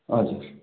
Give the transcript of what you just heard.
हजुर